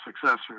successor